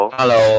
Hello